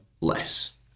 less